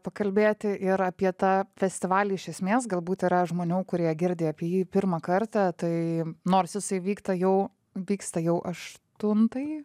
pakalbėti ir apie tą festivalį iš esmės galbūt yra žmonių kurie girdi apie jį pirmą kartą tai nors jisai vykta jau vyksta jau aštuntąjį